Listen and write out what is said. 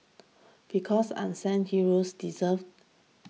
because unsung heroes deserve